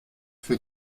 für